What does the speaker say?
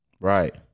right